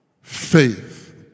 faith